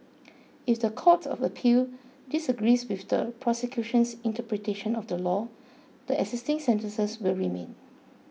if the Court of Appeal disagrees with the prosecution's interpretation of the law the existing sentences will remain